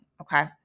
okay